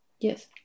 Yes